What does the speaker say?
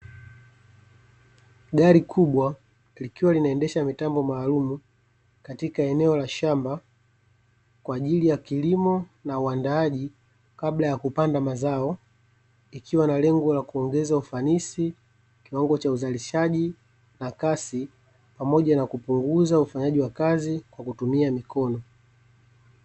Gari kubwa likiwa linaendesha mitambo maalum katika eneo la shamba, kwa ajili ya kilimo na uandaaji kabla ya kupanda mazao; ikiwa na lengo la kuongeza ufanisi, kiwango cha uzalishaji na kasi pamoja na kupunguza ufanyaji wa kazi kwa kutumia mikono.